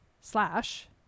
Slash